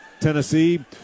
Tennessee